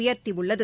உயர்த்தியுள்ளது